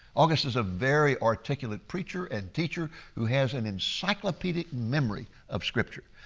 august is a very articulate preacher and teacher who has an encyclopedic memory of scripture.